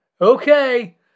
okay